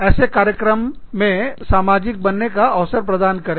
ऐसे कार्यक्रम सामाजिक बनने का अवसर प्रदान करें